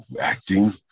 acting